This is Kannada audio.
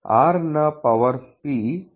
r ನ ಪವರ್ p